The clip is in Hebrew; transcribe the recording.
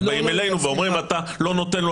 אז באים אלינו אומרים שאנחנו לא נותנים לו